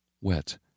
wet